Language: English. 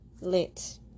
lit